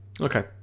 Okay